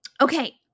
Okay